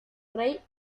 rey